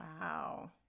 Wow